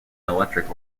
electric